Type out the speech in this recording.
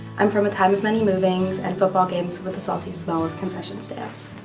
i'm from a time of many movings and football games with the salty smell ah concession stands.